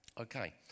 Okay